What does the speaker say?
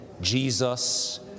Jesus